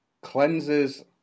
Cleanses